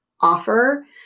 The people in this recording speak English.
offer